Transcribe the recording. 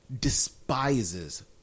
despises